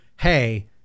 Hey